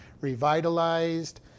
revitalized